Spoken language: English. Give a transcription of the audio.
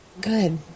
Good